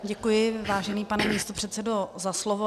Děkuji, vážený pane místopředsedo, za slovo.